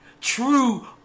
True